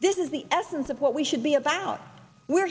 this is the essence of what we should be about we're